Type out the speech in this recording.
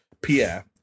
Pierre